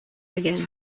again